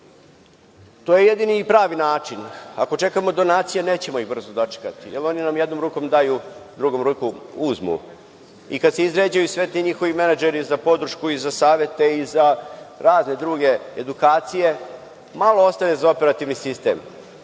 To je jedini i pravi način. Ako čekamo donacije, nećemo ih brzo dočekati, jer oni nam jednom rukom daju, drugom rukom uzmu. I kada se izređaju svi ti menadžeri za podršku i za savete i za razne druge edukacije, malo ostaje za operativni sistem.